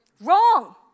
Wrong